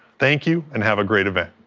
thank you and have a great event.